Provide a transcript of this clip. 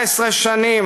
19 שנים",